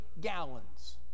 gallons